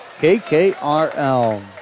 KKRL